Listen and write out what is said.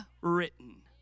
written